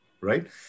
right